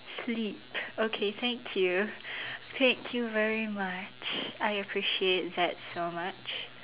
sleep okay thank you thank you very much I appreciate that so much